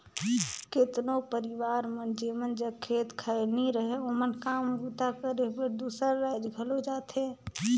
केतनो परिवार मन जेमन जग खेत खाएर नी रहें ओमन काम बूता करे बर दूसर राएज घलो जाथें